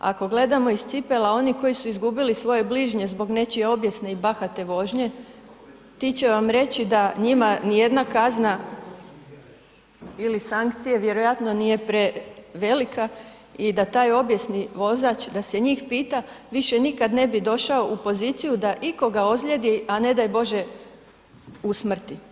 Ako gledamo iz cipela onih koji su izgubili svoje bližnje zbog nečije obijesne i bahate vožnje, ti će vam reći da njima nijedna kazna ili sankcije vjerojatno nije prevelika i da taj obijesni vozač, da se njih pita, više nikad ne bi došao u poziciju da ikoga ozlijedi, a ne daj bože usmrti.